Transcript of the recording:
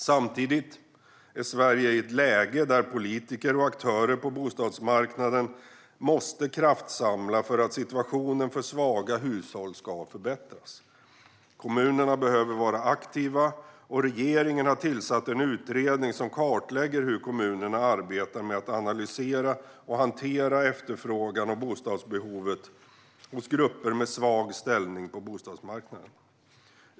Samtidigt är Sverige i ett läge där politiker och aktörer på bostadsmarknaden måste kraftsamla för att situationen för svaga hushåll ska förbättras. Kommunerna behöver vara aktiva, och regeringen har tillsatt en utredning som kartlägger hur kommunerna arbetar med att analysera och hantera efterfrågan och bostadsbehovet hos grupper med svag ställning på bostadsmarknaden.